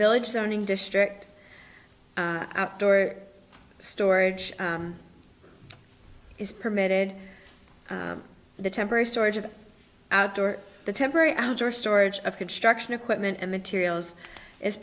village zoning district outdoor storage is permitted the temporary storage of outdoor the temporary outdoor storage of construction equipment and materials is